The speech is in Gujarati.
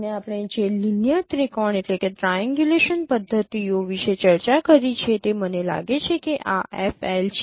અને આપણે જે લિનિયર ત્રિકોણ પદ્ધતિઓ વિશે ચર્ચા કરી છે તે મને લાગે છે કે આ FL છે